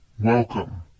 Welcome